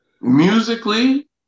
musically